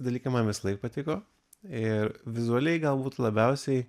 dalykai man visąlaik patiko ir vizualiai galbūt labiausiai